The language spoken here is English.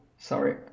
Sorry